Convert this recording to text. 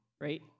Right